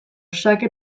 xake